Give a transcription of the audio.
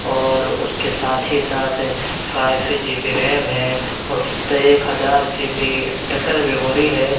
اور اُس کے ساتھ ہی ساتھ فائیف جی بی ریم ہے اور ایک ہزار جی بی انٹرنل میموری ہے